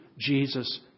Jesus